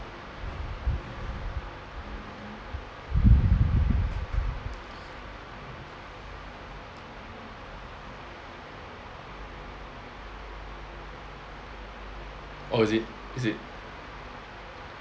oh is it is it